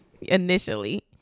initially